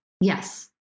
Yes